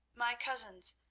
my cousins,